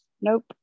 Nope